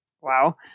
Wow